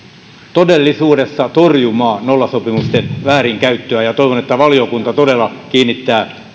todellisuudessa torjumaan nollasopimusten väärinkäyttöä toivon että valiokunta todella kiinnittää